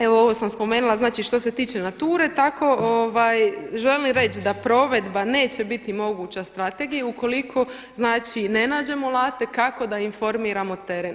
Evo ovo sam spomenula, znači što se tiče Nature tako želim reći da provedba neće biti moguća strategija ukoliko ne nađemo alate kako da informiramo teren.